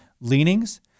leanings